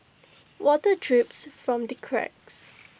water drips from the cracks